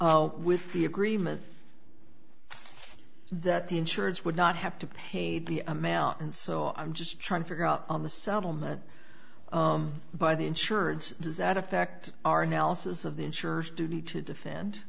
apparently with the agreement that the insurers would not have to pay the amount and so i'm just trying to figure out on the settlement by the insurance does that affect our analysis of the insurers duty to defend